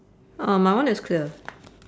uh my one is clear